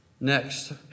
Next